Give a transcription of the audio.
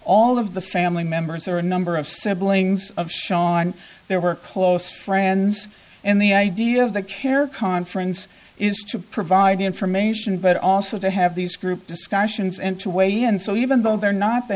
all of the family members there are a number of siblings of sean there were close friends and the idea of the care conference is to provide information but also to have these group discussions and to weigh in so even though they're not the